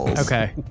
Okay